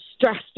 Stressed